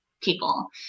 people